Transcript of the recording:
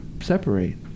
separate